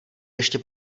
ještě